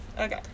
Okay